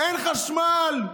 אין חשמל.